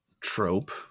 trope